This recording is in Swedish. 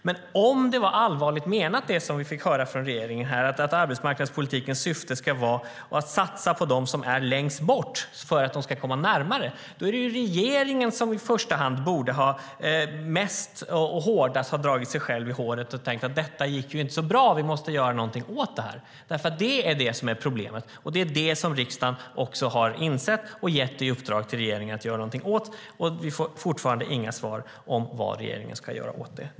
Men om det som vi fick höra från regeringen här var allvarligt menat, att arbetsmarknadspolitikens syfte ska vara att man satsar på dem som är längst bort för att de ska komma närmare, är det regeringen som borde ha dragit sig själv hårdast i håret och tänkt: Detta gick inte så bra. Vi måste göra någonting åt det här. Det är det som är problemet. Det är det som riksdagen också har insett, och man har gett i uppdrag till regeringen att göra någonting åt det. Vi får fortfarande inga svar om vad regeringen ska göra åt det.